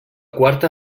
quarta